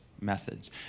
methods